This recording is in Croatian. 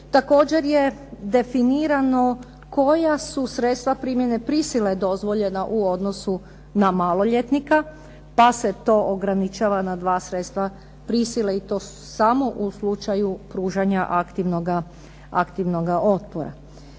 Također je definirano koja su sredstva primjene prisile dozvoljena u odnosu na maloljetnika, pa se to ograničava na dva sredstva prisile i to samo u slučaju pružanja aktivnoga otpora.